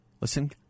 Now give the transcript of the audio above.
Listen